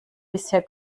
bisher